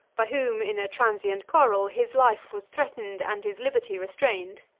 by whom, in a transient quarrel, his life was threatened and his liberty restrained.